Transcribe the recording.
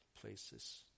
places